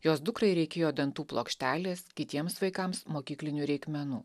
jos dukrai reikėjo dantų plokštelės kitiems vaikams mokyklinių reikmenų